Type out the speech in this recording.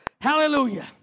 Hallelujah